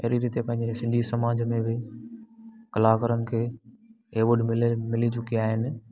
अहिड़ी रीते पंहिंजे सिंधी समाज में बि कलाकारनि खे अवार्ड मिले मिली चुकिया आहिनि